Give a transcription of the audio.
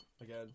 again